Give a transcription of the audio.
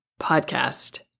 podcast